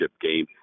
game